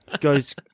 goes-